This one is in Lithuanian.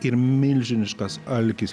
ir milžiniškas alkis